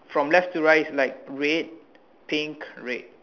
okay then from left to right is like red pink red